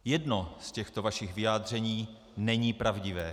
Jedno z těchto vašich vyjádření není pravdivé.